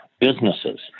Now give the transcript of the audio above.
businesses